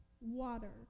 water